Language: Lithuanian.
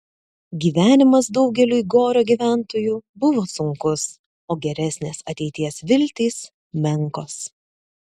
gyvenimas daugeliui gorio gyventojų buvo sunkus o geresnės ateities viltys menkos